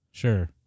Sure